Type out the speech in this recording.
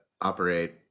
operate